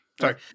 Sorry